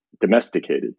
domesticated